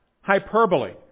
hyperbole